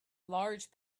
large